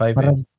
Parang